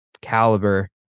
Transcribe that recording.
caliber